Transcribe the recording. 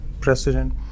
president